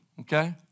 okay